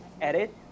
edit